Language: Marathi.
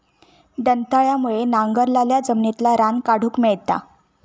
दंताळ्यामुळे नांगरलाल्या जमिनितला रान काढूक मेळता